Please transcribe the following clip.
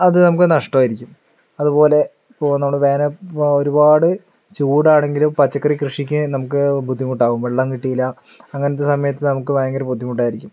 അത് നമുക്ക് നഷ്ടമായിരിക്കും അതുപോലെ ഇപ്പോൾ നമ്മൾ വേനൽ ഇപ്പോൾ ഒരുപാട് ചൂടാണെങ്കിലും പച്ചക്കറി കൃഷിക്ക് നമുക്ക് ബുദ്ധിമുട്ടാവും വെള്ളം കിട്ടിയില്ല അങ്ങനത്തെ സമയത്ത് നമുക്ക് ഭയങ്കര ബുദ്ധിമുട്ടായിരിക്കും